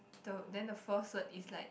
the then the fourth word is like